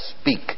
speak